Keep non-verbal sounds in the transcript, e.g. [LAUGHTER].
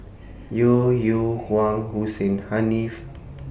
Yeo Yeow Kwang Hussein Haniff [NOISE]